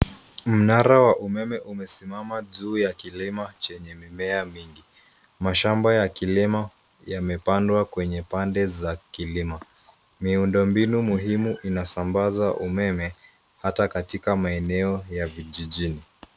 Mnara wa umeme umesimama juu ya kilima chenye mimea mingi. Mashamba ya kilimo yamepandwa kwenye pande za kilima. Miundo mbinu muhimu inasambaza umeme hata katika maeneo ya vijijini.